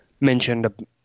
mentioned